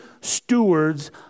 stewards